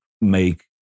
make